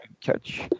catch